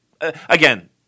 Again